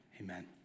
amen